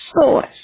source